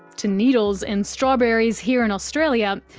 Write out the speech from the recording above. to needles in strawberries here in australia,